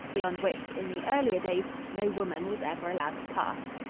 beyond which, in the earlier days, no woman was ever allowed to pass.